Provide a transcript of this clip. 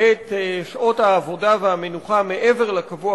את מספר שעות העבודה והמנוחה מעבר לקבוע